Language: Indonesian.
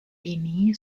ini